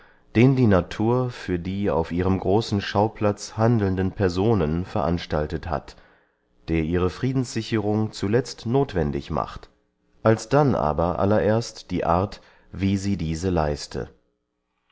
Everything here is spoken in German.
den die natur für die auf ihrem großen schauplatz handelnde personen veranstaltet hat der ihre friedenssicherung zuletzt nothwendig macht alsdann aber allererst die art wie sie diese leiste